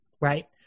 right